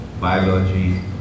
biology